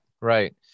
Right